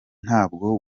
ntabwo